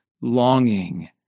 longing